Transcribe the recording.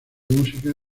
música